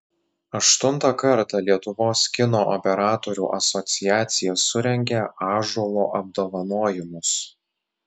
aštuntą kartą lietuvos kino operatorių asociacija surengė ąžuolo apdovanojimus